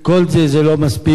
כל זה לא מספיק.